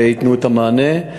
וייתנו את המענה.